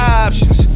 options